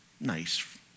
nice